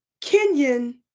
Kenyan